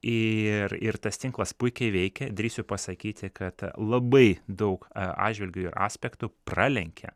ir ir tas tinklas puikiai veikia drįsiu pasakyti kad labai daug atžvilgių ir aspektų pralenkia